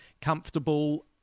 comfortable